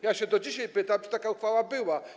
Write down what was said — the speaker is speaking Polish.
Ja się do dzisiaj pytam o to, czy taka uchwała była.